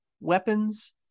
weapons